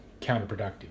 counterproductive